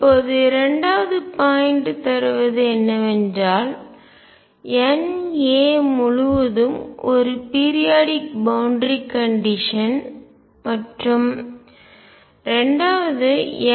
இப்போது 2 வது பாயிண்ட் தருவது என்னவென்றால் N a முழுவதும் ஒரு பீரியாடிக் பவுண்டரி கண்டிஷன் எல்லை நிபந்தனை மற்றும்2